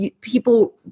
people